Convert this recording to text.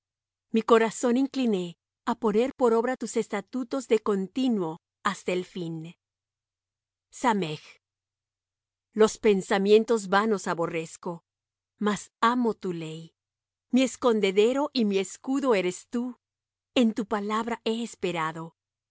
mi corazón incliné á poner por obra tus estatutos de continuo hasta el fin los pensamientos vanos aborrezco mas amo tu ley mi escondedero y mi escudo eres tú en tu palabra he esperado